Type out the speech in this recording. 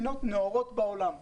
זה קורה במדינות נאורות ברחבי העולם.